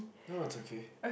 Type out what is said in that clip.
no it's okay